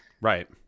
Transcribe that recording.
Right